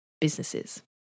businesses